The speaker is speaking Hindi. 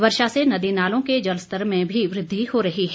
वर्षा से नदी नालों के जलस्तर में भी वृद्धि हो रही है